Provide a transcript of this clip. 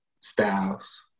Styles